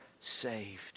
saved